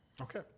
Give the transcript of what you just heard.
Okay